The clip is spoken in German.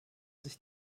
sich